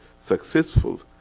successful